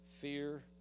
fear